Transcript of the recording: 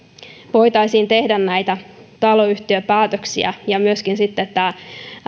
voitaisiin tehdä näitä taloyhtiöpäätöksiä ja että myöskään sitten